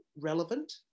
relevant